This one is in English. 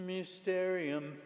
Mysterium